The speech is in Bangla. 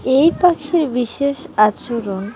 এই পাখির বিশেষ আচরণ